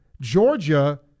Georgia